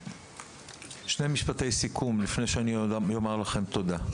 שני משפטי סיכום, לפני שאני אומר לכם תודה.